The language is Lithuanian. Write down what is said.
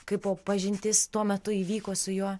kaip po pažintis tuo metu įvyko su juo